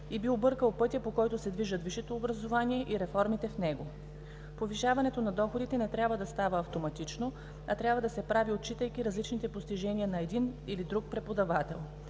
и би объркал пътя, по който се движат висшето образование и реформите в него. - Повишаването на доходите не трябва да става автоматично, а трябва да се прави, отчитайки различните постижения на един или друг преподавател.